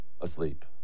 asleep